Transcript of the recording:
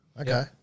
Okay